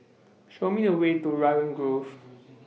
Show Me The Way to Raglan Grove